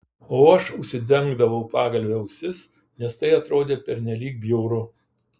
o aš užsidengdavau pagalve ausis nes tai atrodė pernelyg bjauru